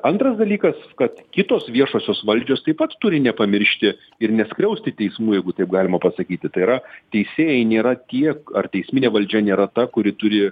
antras dalykas kad kitos viešosios valdžios taip pat turi nepamiršti ir neskriausti teismų jeigu taip galima pasakyti tai yra teisėjai nėra tiek ar teisminė valdžia nėra ta kuri turi